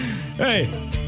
Hey